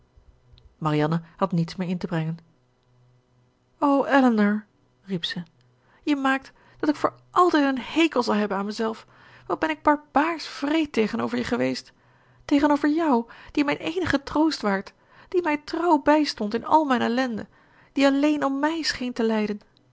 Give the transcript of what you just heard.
marianne had niets meer in te brengen o elinor riep ze je maakt dat ik voor altijd een hekel zal hebben aan mijzelf wat ben ik barbaarsch wreed tegenover je geweest tegenover jou die mijn eenige troost waart die mij trouw bijstondt in al mijn ellende die alleen om mij scheent te lijden